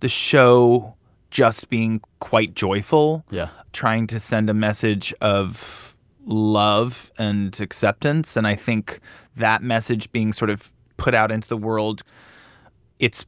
the show just being quite joyful. yeah. trying to send a message of love and acceptance. and i think that message being sort of put out into the world it's,